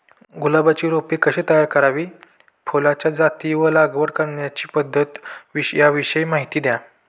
गुलाबाची रोपे कशी तयार करावी? फुलाच्या जाती व लागवड करण्याची पद्धत याविषयी माहिती द्या